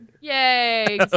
Yay